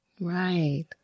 Right